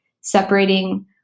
separating